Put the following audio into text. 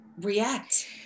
react